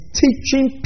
teaching